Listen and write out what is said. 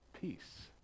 peace